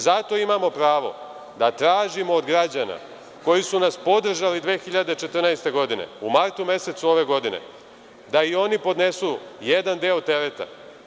Zato imamo pravo da tražimo od građana koji su nas podržali 2014. godine, u martu mesecu ove godine, da i oni podnesu jedan deo tereta.